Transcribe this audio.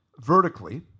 vertically